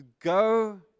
go